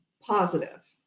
positive